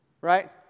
Right